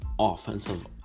Offensive